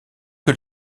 que